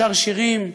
שר שירים,